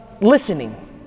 listening